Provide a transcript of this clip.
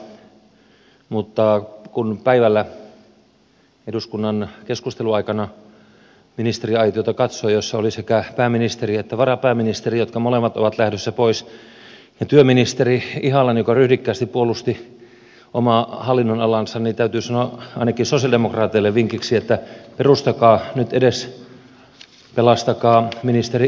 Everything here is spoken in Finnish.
ministerit loistavat poissaolollaan mutta kun päivällä eduskunnan keskusteluaikana katsoi ministeriaitiota jossa olivat sekä pääministeri että varapääministeri jotka molemmat ovat lähdössä pois ja työministeri ihalainen joka ryhdikkäästi puolusti omaa hallinnonalaansa niin täytyy sanoa ainakin sosialidemokraateille vinkiksi että perustakaa nyt edes pelastakaa ministeri ihalainen kansanliike